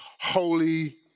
holy